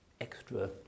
extra